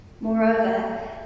Moreover